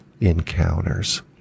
encounters